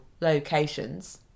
locations